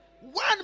One